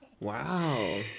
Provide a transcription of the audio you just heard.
Wow